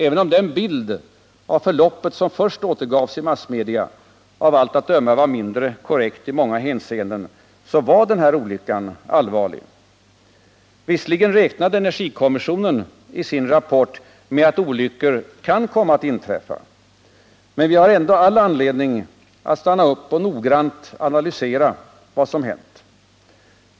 Även om den bild av förloppet som först återgavs i massmedia av allt att döma var mindre korrekt i många hänseenden, var olyckan allvarlig. Visserligen räknade energikommissionen i sin raport med att olyckor kan komma att inträffa, men vi har ändå all anledning att stanna upp och noggrant analysera vad som hänt.